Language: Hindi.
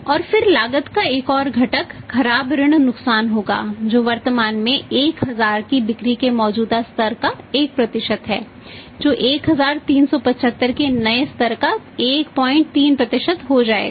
और फिर लागत का एक और घटक खराब ऋण नुकसान होगा जो वर्तमान में 1000 की बिक्री के मौजूदा स्तर का 1 है जो 1375 के नए स्तर का 13 हो जाएगा